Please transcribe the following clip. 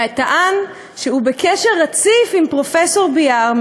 וטען שהוא בקשר רציף עם פרופסור ביאר,